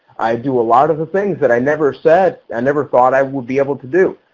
i do a lot of the things that i never said, i never thought i would be able to do.